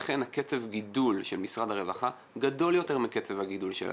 לכן קצב הגידול של משרד הרווחה גדול יותר מקצב הגידול של התקציב.